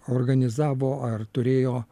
organizavo ar turėjo